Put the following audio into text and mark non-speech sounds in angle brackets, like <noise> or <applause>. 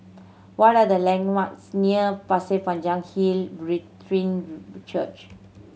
what are the landmarks near Pasir Panjang Hill Brethren <unintelligible> Church